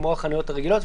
כמו החנויות הרגילות,